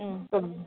ம் சொல்லுங்கள்